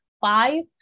five